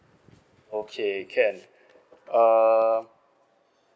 okay can uh